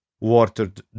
watered